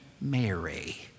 Mary